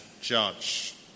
judge